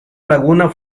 laguna